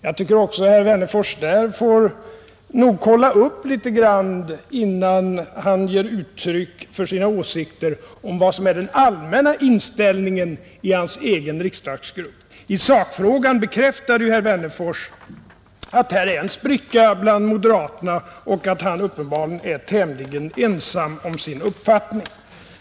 Jag tycker att herr Wennerfors också därvidlag får kontrollera förhållandena innan han ger uttryck för sina åsikter om vad som är den allmänna inställningen i hans egen riksdagsgrupp. Herr Wennerfors bekräftade att det finns en spricka i det moderata partiet när det gäller sakfrågan och att han uppenbarligen är tämligen ensam om sin uppfattning.